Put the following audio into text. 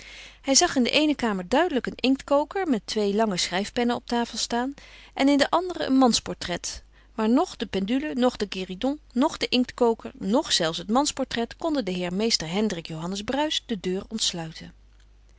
hij zag in de eene kamer duidelijk een inktkoker met twee lange schrijfpennen op tafel staan en in de andere een mansportret maar noch de pendule noch de guéridon noch de inktkoker noch zelfs het mansportret konden den heer mr hendrik johannes bruis de deur ontsluiten